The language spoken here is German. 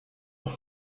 auch